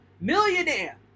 millionaire